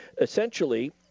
essentially